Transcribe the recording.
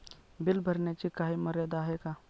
Bill भरण्याची काही मर्यादा आहे का?